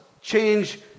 change